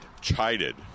Chided